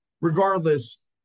Regardless